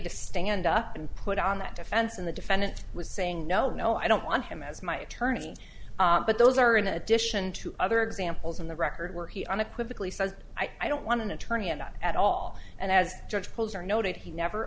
to stand up and put on that defense in the defendant was saying no no i don't want him as my attorney but those are in addition to other examples in the record where he unequivocally says i don't want an attorney and not at all and as judge posner noted he never